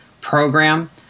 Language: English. program